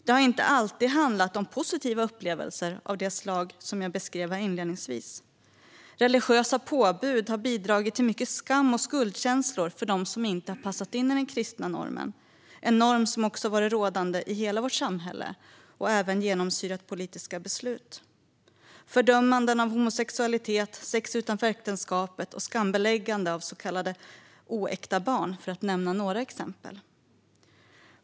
Det har inte alltid handlat om positiva upplevelser av det slag som jag beskrev inledningsvis. Religiösa påbud har bidragit till mycket skam och skuldkänslor för dem som inte har passat in i den kristna normen, en norm som har varit rådande i hela vårt samhälle och som även genomsyrat politiska beslut. Det handlar om fördömanden av homosexualitet och sex utanför äktenskapet och om skambeläggande av så kallade oäkta barn - för att nämna några exempel.